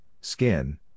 skin